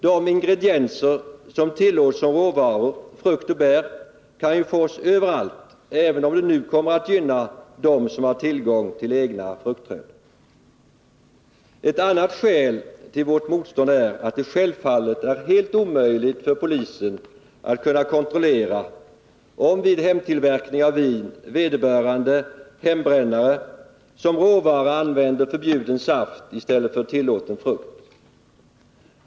De ingredienser som tillåts som råvaror, frukt och bär, kan ju fås överallt även om det nu kommer att gynna dem som har tillgång till egna fruktträd. Ett annat skäl till vårt motstånd är att det självfallet är helt omöjligt för polisen att kontrollera om vid hemtillverkning av vin vederbörande ”hembrännare” som råvara använder förbjuden saft i stället för tillåten frukt.